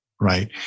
right